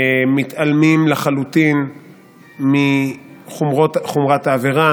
מתעלמים לחלוטין מחומרת העבירה.